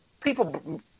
people